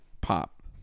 pop